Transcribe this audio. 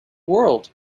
world